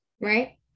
Right